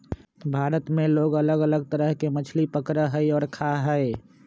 भारत में लोग अलग अलग तरह के मछली पकडड़ा हई और खा हई